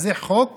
זה חוק